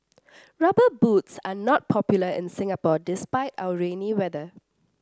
rubber boots are not popular in Singapore despite our rainy weather